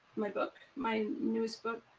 my book, my newest book,